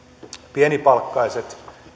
pienipalkkaiset